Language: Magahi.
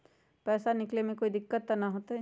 पैसा निकाले में कोई दिक्कत त न होतई?